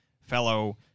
fellow